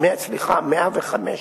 105 שופטים,